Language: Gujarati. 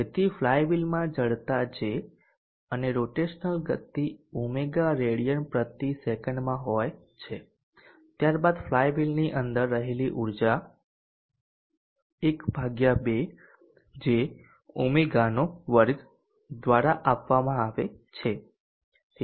તેથી ફ્લાયવીલમાં જડતા J અને રોટેશનલ ગતિ ઓમેગા રેડિયન પ્રતિ સેકંડમાં હોય છે ત્યારબાદ ફ્લાયવીલની અંદર રહેલી ઉર્જા ½J ω2 દ્વારા આપવામાં આવે છે